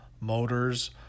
motors